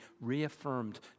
reaffirmed